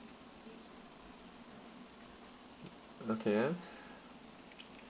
okay ah